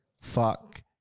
Fuck